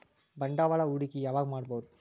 ಬಂಡವಾಳ ಹೂಡಕಿ ಯಾವಾಗ್ ಮಾಡ್ಬಹುದು?